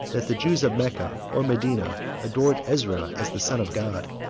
that the jews of mecca or medina adored ezra as the son of god.